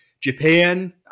Japan